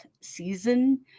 season